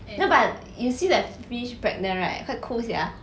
ya but you see the fish pregnant right quite cool sia